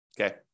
Okay